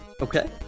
Okay